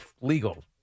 legal